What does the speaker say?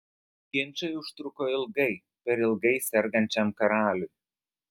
ginčai užtruko ilgai per ilgai sergančiam karaliui